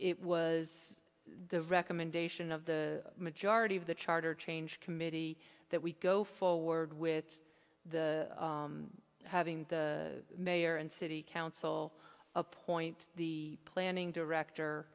it was the recommendation of the majority of the charter change committee that we go forward with the having the mayor and city council appoint the planning director